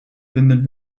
vinden